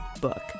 book